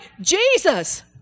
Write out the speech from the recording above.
Jesus